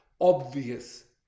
obvious